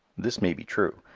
this may be true.